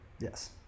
Yes